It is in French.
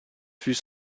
fut